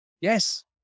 Yes